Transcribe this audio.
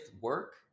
work